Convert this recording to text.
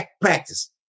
practice